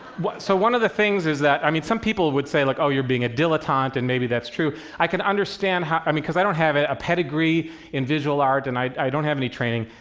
one so one of the things is that, i mean, some people would say, like, oh, you're being a dilettante, and maybe that's true. i can understand how, i mean, because i don't have a pedigree in visual art and i i don't have any training,